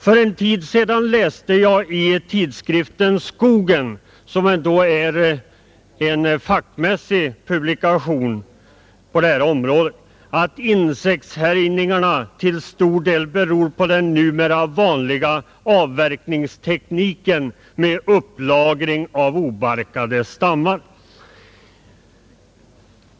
För en tid sedan läste jag i tidskriften Skogen, som ändå är en fackmässig publikation på det här området, att insektshärjningarna till stor del beror på den numera vanliga avverkningstekniken med upplagring av obarkade stammar.